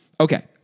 Okay